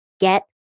Get